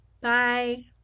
Bye